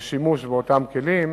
ושימוש באותם כלים